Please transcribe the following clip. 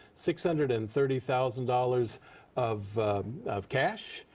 six hundred and thirty thousand dollars of of cash,